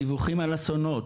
בדיווחים על אסונות,